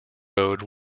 road